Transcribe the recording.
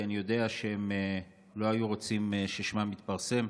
כי אני יודע שהם לא היו רוצים ששמם יתפרסם.